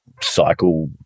cycle